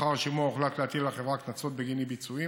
לאחר השימוע הוחלט להטיל על החברה קנסות בגין אי-ביצועים